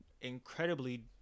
incredibly